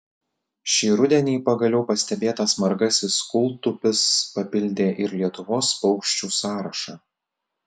šį rudenį pagaliau pastebėtas margasis kūltupis papildė ir lietuvos paukščių sąrašą